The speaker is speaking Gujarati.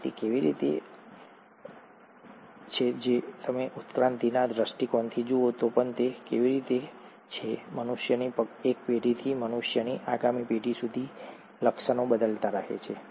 અને તે કેવી રીતે છે જો તમે ઉત્ક્રાંતિના દૃષ્ટિકોણથી જુઓ તો પણ તે કેવી રીતે છે મનુષ્યની એક પેઢીથી મનુષ્યની આગામી પેઢી સુધી લક્ષણો બદલાતા રહે છે